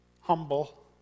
Humble